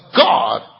God